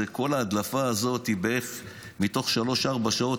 כל ההדלפה הזאת היא מתוך 3 4 שעות,